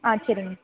ஆ சரிங்க